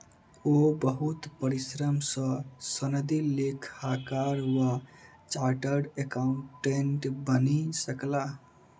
ओ बहुत परिश्रम सॅ सनदी लेखाकार वा चार्टर्ड अकाउंटेंट बनि सकला